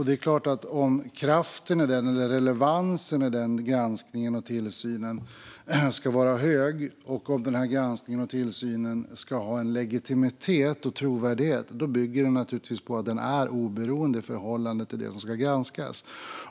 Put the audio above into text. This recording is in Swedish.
Det är klart att om relevansen i den granskningen och tillsynen ska vara hög och om granskningen och tillsynen ska ha en legitimitet och trovärdighet bygger det på att den är oberoende i förhållande till det som ska granskas.